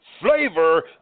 Flavor